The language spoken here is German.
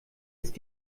ist